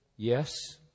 yes